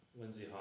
Lindsay